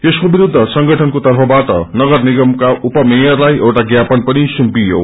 यसको विरूद्ध संगठनको तर्फबाट नगर निगमका उपमेयरलाई एउटा ज्ञापन पत्र पनि सुम्पिङ्यो